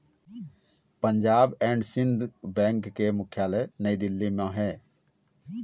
Punjab and Sind bank के मुख्यालय नई दिल्ली म हे